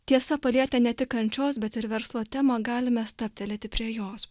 tiesa palietę ne tik kančios bet ir verslo temą galime stabtelėti prie jos